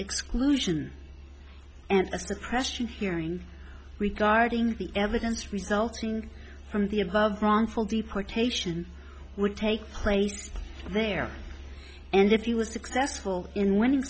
exclusion and a suppression hearing regarding the evidence resulting from the above wrongful deportation would take place there and if he was successful in winning